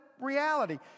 reality